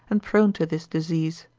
and prone to this disease.